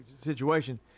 situation